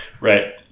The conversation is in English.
Right